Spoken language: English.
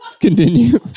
continue